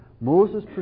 Moses